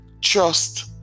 Trust